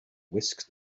whisked